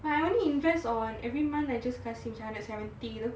I only invest on every month I just kasi macam hundred seventy gitu